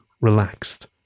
relaxed